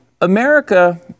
America